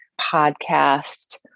podcast